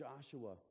Joshua